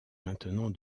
maintenant